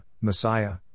Messiah